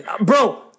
bro